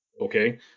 okay